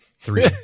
three